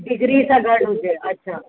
degree सां गॾु हुजे अच्छा